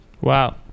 Wow